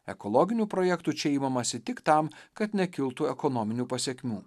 ekologinių projektų čia imamasi tik tam kad nekiltų ekonominių pasekmių